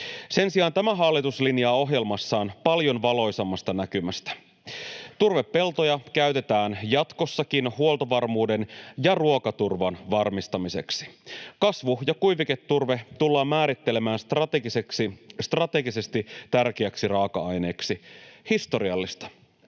Sen sijaan tämä hallitus linjaa ohjelmassaan paljon valoisammasta näkymästä. Turvepeltoja käytetään jatkossakin huoltovarmuuden ja ruokaturvan varmistamiseksi. Kasvu- ja kuiviketurve tullaan määrittelemään strategisesti tärkeäksi raaka-aineeksi — historiallista.